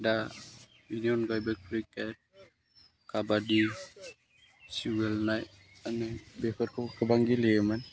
दा बेनि अनगायैबो क्रिकेट काबाडि गेलेनाय आङो बेफोरखौ गोबां गेलेयोमोन